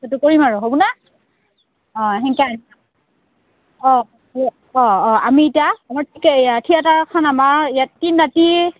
সেইটো কৰিম আৰু হ'ব আমি এতিয়া আমাৰ থিয়েটাৰখন আমাৰ ইয়াত তিনি ৰাতি